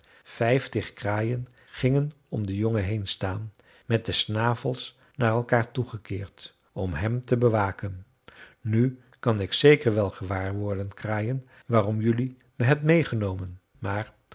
vijftig kraaien gingen om den jongen heen staan met de snavels naar elkaar toe gekeerd om hem te bewaken nu kan ik zeker wel gewaarworden kraaien waarom jelui me hebt meêgenomen maar